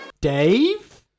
Dave